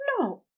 No